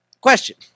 Question